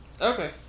Okay